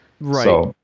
Right